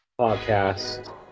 podcast